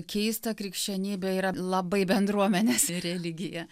keista krikščionybė yra labai bendruomenės religija